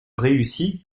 réussit